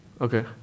Okay